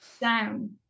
down